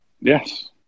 Yes